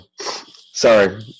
sorry